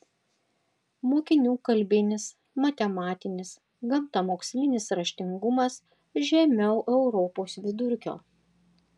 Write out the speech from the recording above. mokinių kalbinis matematinis gamtamokslinis raštingumas žemiau europos vidurkio